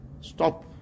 stop